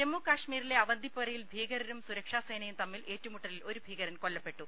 ജമ്മു കശ്മീരിലെ അവന്തിപോരയിൽ ഭീകരും സുരക്ഷാസേ നയും തമ്മിൽ ഏറ്റുമുട്ടലിൽ ഒരു ഭീകരൻ കൊല്ലപ്പെട്ടു